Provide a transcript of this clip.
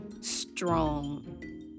strong